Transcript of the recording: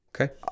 Okay